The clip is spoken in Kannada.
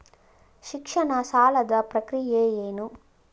ಶಿಕ್ಷಣ ಸಾಲದ ಪ್ರಕ್ರಿಯೆ ಏನು?